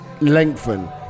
lengthen